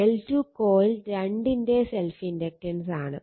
L2 coil 2 ന്റെ self ഇൻഡക്റ്റൻസാണ്